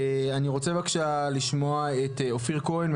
אני רוצה בבקשה לשמוע את אופיר כהן,